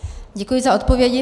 Děkuji za odpovědi.